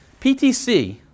PTC